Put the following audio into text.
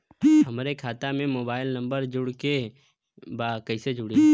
हमारे खाता मे मोबाइल नम्बर जोड़े के बा कैसे जुड़ी?